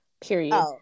period